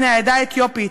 בני העדה האתיופית,